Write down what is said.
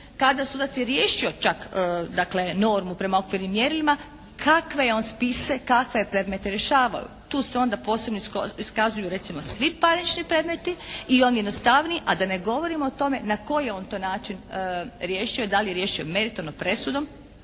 kada sudac je riješio čak dakle normu prema okvirnim mjerilima kakve je on spise, kakve je predmeta rješavao. Tu se onda posebno iskazuju recimo svi parnični predmeti i oni jednostavniji a da ne govorimo o tome na koji je on to način riješio i da li je riješio meritorno presudom